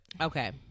okay